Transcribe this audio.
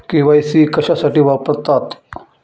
KYC कशासाठी वापरतात?